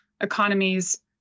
economies